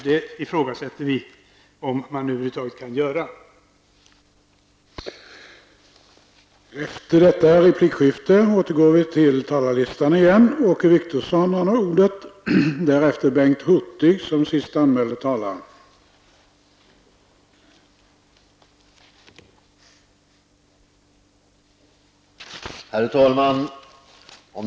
Vi ifrågasätter att man över huvud taget kan göra detta.